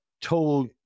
told